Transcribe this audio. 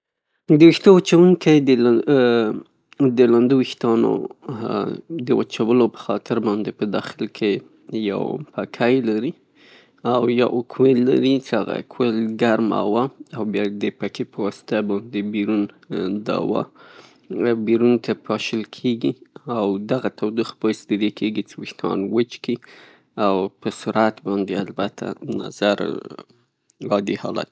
د ویښتو وچوونکي، د لاندې ویښتانو د وچولو پخاطر باندې په داخل کې یو پکه یې لري او یو کویل لري څې هغه ځه هغه کویل ګرمه هوا او بیا د پکې په واسطه بیرون دا هوا، بیرون ته پاشل کیږي او دغه تودوخه باعث د دې کیږي چه ويښتان وچ کړي او په سرعت باندې البته نظر عادي حالت ته.